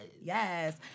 Yes